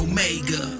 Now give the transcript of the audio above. Omega